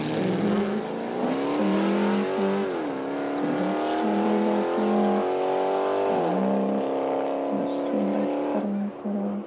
ଏହି ପଶୁମାନଙ୍କୁ ସୁରକ୍ଷା ଦେବାପାଇଁ ଆମେ ପଶୁ ଡାକ୍ତରଙ୍କର